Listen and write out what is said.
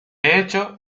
hecho